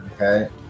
Okay